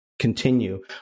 continue